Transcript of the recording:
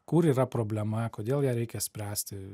kur yra problema kodėl ją reikia spręsti